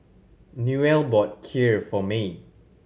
Newell bought Kheer for May